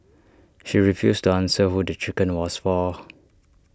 she refused to answer who the chicken was for